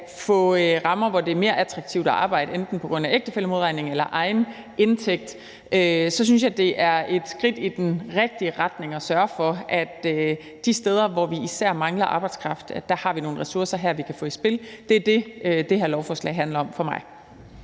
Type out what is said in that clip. få rammer, som gør det mere attraktivt at arbejde, enten på grund af ægtefællemodregning eller egen indtægt, så synes jeg, det er et skridt i den rigtige retning at sørge for, at vi de steder, hvor vi især mangler arbejdskraft, har nogle ressourcer, vi kan få i spil. Det er det, som det her lovforslag handler om for mig.